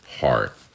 heart